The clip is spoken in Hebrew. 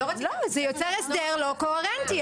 לא, אבל זה יוצא להסדר לא קוהרנטי.